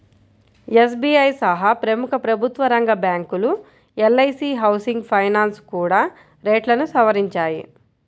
SBI సహా ప్రముఖ ప్రభుత్వరంగ బ్యాంకులు, ఎల్.ఐ.సీ హౌసింగ్ ఫైనాన్స్ కూడా రేట్లను సవరించాయి